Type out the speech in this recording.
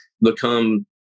become